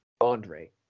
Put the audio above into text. Andre